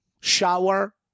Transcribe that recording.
shower